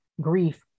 grief